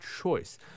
choice